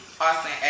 Austin